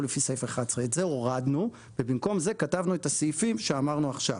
לפי סעיף 11. את זה הורדנו ובמקום זה כתבנו את הסעיפים שאמרנו עכשיו,